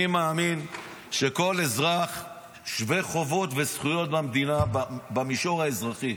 אני מאמין שכל אזרח שווה חובות וזכויות במדינה במישור האזרחי,